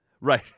Right